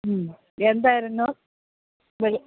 എന്തായിരുന്നു